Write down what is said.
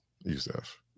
Youssef